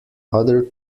other